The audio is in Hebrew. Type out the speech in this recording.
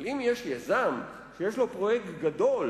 אבל אם יש יזם שיש לו פרויקט גדול,